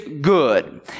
good